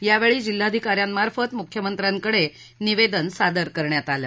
यावेळी जिल्हाधिकाऱ्यांमार्फत मुख्यमंत्र्यांकडे निवेदन सादर करण्यात आले